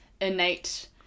innate